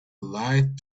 light